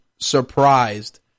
surprised